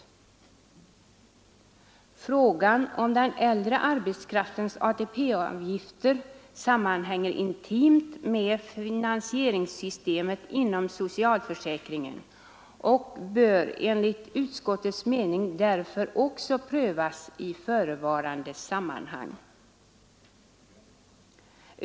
Frågan om den äldre arbetskraftens ATP-avgifter sammanhänger intimt med finansieringssystemet inom socialförsäkringen och bör enligt utskottets mening därför också prövas i förevarande sammanhang.